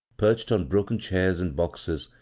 perched on broken chairs and boxes,